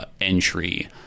entry